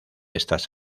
estas